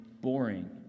boring